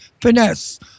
finesse